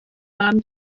mam